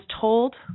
told